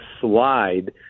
slide